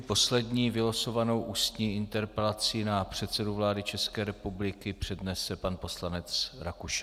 Poslední vylosovanou ústní interpelací na předsedu vlády České republiky přednese pan poslanec Rakušan.